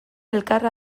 elkar